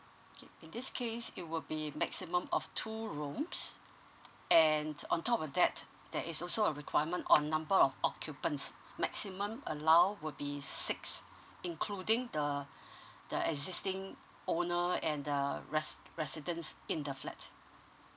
k in this case it will be maximum of two rooms and on top of that there is also a requirement on number of occupants maximum allow would be six including the uh the existing owner and the residents in the flat